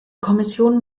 kommission